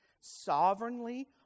Sovereignly